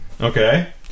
Okay